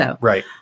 right